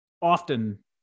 often